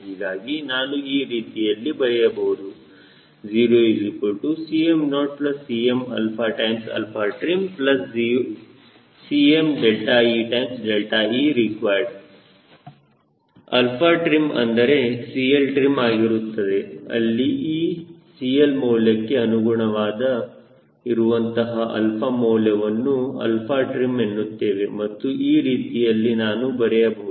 ಹೀಗಾಗಿ ನಾನು ಈ ರೀತಿಯಲ್ಲಿ ಬರೆಯಬಹುದು 0Cm0CmtrimCmeereqd 𝛼trim ಅಂದರೆ CLtrim ಆಗಿರುತ್ತದೆ ಅಲ್ಲಿ ಈ CL ಮೌಲ್ಯಕ್ಕೆ ಅನುಗುಣವಾಗಿ ಇರುವಂತ 𝛼 ಮೌಲ್ಯವನ್ನು 𝛼trim ಎನ್ನುತ್ತೇವೆ ಮತ್ತು ಈ ರೀತಿಯಲ್ಲಿ ನಾನು ಬರೆಯಬಹುದು